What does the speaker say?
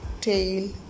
tail